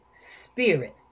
Spirit